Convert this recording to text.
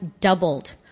doubled